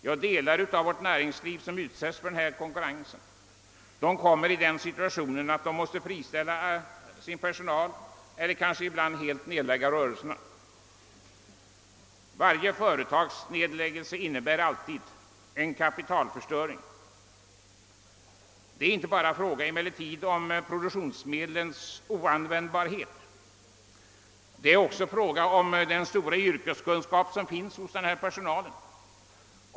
De delar av vårt näringsliv som utsätts för denna konkurrens hamnar i den situationen att de måste friställa personal eller kanske helt nedlägga rörelsen, vilket alltid innebär en kapitalförstöring. Det är emellertid inte bara fråga om produktionsmedlens oanvändbarhet; det gäller också den stora yrkeskunskap som finns hos personalen.